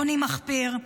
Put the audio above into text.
עוני מחפיר,